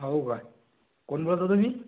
हो काय कोण बोलता तुम्ही